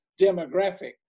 demographic